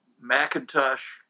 Macintosh